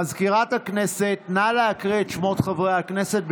מזכירת הכנסת, נא להקריא את שמות חברי הכנסת.